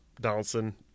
Donaldson